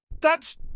That's